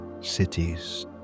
cities